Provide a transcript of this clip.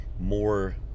more